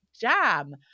jam